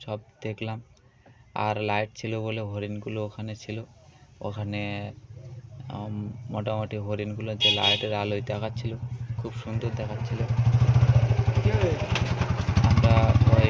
আর রাত্রেবেলা আমরা টর্চ জ্বালিয়ে সব দেলাম আর লাইট ছিলো বলে হরিণগুলো ওখানে ছিলো ওখানে মোটামোটি হোরেনগুলো যে লাইটের আলোয় দেখাচ্ছিলো খুব সুন্দর দেখাচ্ছিলো